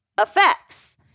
effects